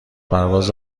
پرواز